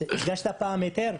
הגשת פעם בקשה להיתר?